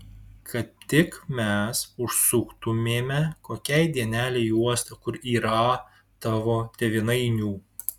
kad tik mes užsuktumėme kokiai dienelei į uostą kur yrą tavo tėvynainių